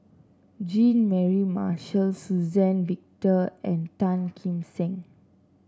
Jean Mary Marshall Suzann Victor and Tan Kim Seng